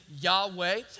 Yahweh